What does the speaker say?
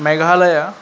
Meghalaya